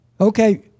Okay